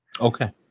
Okay